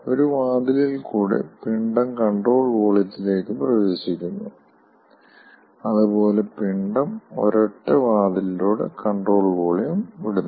ഒരു വാതിലിൽ കൂടെ പിണ്ഡം കൺട്രോൾ വോളിയത്തിലേക്ക് പ്രവേശിക്കുന്നു അതുപോലെ പിണ്ഡം ഒരൊറ്റ വാതിലിലൂടെ കൺട്രോൾ വോളിയം വിടുന്നു